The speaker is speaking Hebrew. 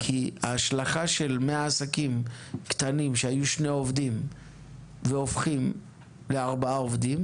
כי ההשלכה של 100 עסקים קטנים עם שני עובדים שהופכים לארבעה עובדים,